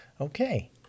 Okay